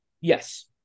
Yes